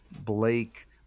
Blake